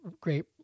great